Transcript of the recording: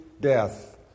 death